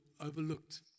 overlooked